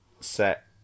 set